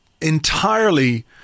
entirely